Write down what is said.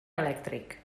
elèctric